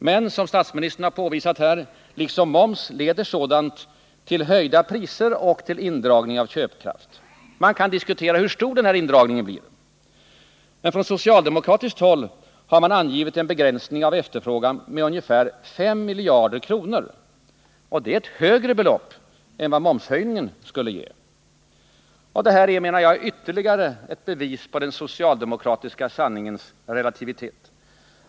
Men liksom moms leder sådana åtgärder, som statsministern påvisat här, till höjda priser och till indragning av köpkraft. Man kan diskutera hur stor den här indragningen blir. Men på socialdemokratiskt håll har man angivit en begränsning av efterfrågan med ungefär 5 miljarder kronor, och det är ett högre belopp än vad momshöjningen skulle ge. Det här är, menar jag, ytterligare ett bevis på den socialdemokratiska sanningens relativitet.